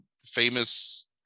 famous